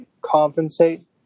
compensate